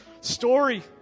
story